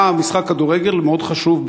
היה באיצטדיון "טדי" משחק כדורגל מאוד חשוב,